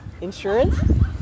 insurance